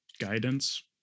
guidance